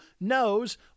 knows